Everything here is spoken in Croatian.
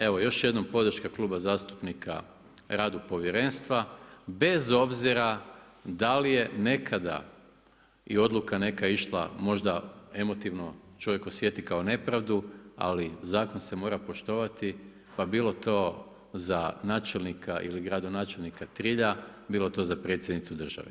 Evo još jednom podrška kluba zastupnika radu povjerenstva bez obzira da li je nekada i odluka neka išla možda emotivno čovjek osjeti kao nepravdu, ali zakon se mora poštovati, pa bilo to za načelnika ili gradonačelnika Trilja, bilo to za za predsjednicu države.